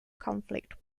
conflict